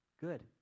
Good